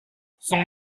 son